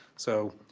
so,